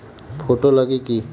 Photo लगी कि?